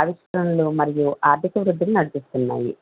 ఆవిష్కరణలు మరియు ఆర్ధిక వృద్ధిని నడిపిస్తున్నాయి